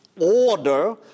order